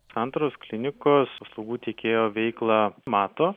santaros klinikos paslaugo teikėjo veiklą mato